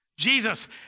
Jesus